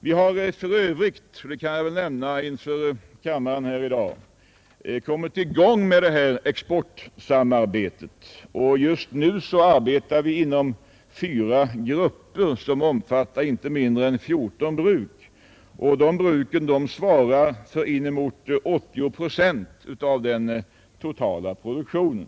Vi har för övrigt — det kan jag väl nämna inför kammaren — kommit i gång med exportsamarbetet. Just nu arbetar vi inom fyra grupper, som omfattar inte mindre än 14 bruk. De bruken svarar för inemot 80 procent av den totala produktionen.